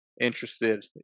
interested